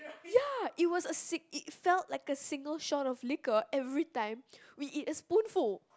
ya it was a sick it felt like a single shot of liqueur every time we eat a spoon full